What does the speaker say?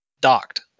docked